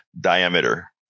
diameter